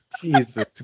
jesus